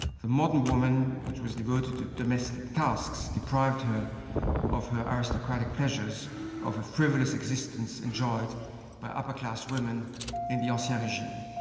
the modern woman, which was devoted to domestic tasks, deprived her of her aristocratic pleasures of a frivolous existence enjoyed by upper class women in the ancien so yeah regime.